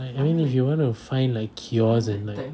like I mean if you want to find like cures and like